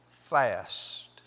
fast